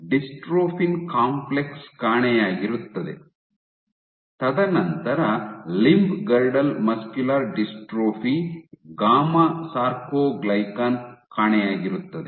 dystrophin complex ಕಾಣೆಯಾಗಿರುತ್ತದೆ ತದನಂತರ limb girdle muscular dystrophy gamma sarcoglycan ಕಾಣೆಯಾಗಿರುತ್ತದೆ